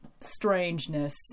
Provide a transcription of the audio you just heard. strangeness